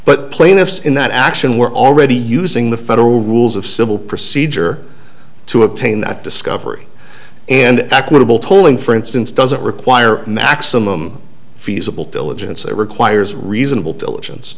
but plaintiffs in that action were already using the federal rules of civil procedure to obtain that discovery and equitable tolling for instance doesn't require maximum feasible tillage and requires reasonable